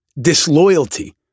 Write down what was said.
Disloyalty